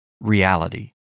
reality